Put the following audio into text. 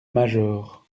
major